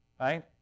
right